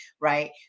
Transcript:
right